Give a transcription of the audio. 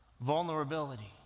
Vulnerability